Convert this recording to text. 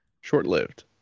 Short-lived